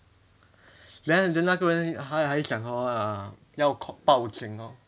then 那个人还还讲说 uh 要报警咯